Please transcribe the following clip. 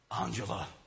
Angela